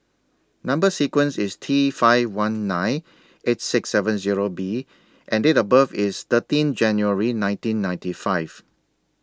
Number sequence IS T five one nine eight six seven Zero B and Date of birth IS thirteen January nineteen ninety five